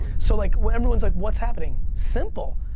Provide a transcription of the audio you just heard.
so like when everyone's like what's happening? simple,